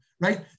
right